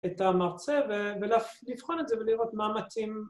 ‫את המרצה ולבחון את זה ‫ולראות מה מתאים.